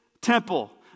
temple